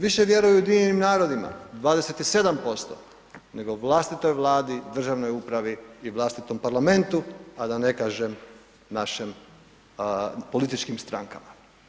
Više vjeruju Ujedinjenim Narodima 27% nego vlastitoj vladi, državnoj upravi i vlastitom parlamentu, a da ne kažem našim političkim strankama.